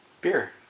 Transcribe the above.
Beer